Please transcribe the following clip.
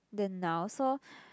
than now so